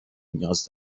نیاز